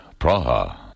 Praha